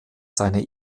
seine